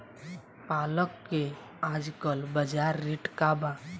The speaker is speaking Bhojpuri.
पालक के आजकल बजार रेट का बा?